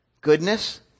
Goodness